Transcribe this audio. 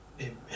Amen